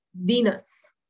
Venus